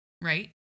right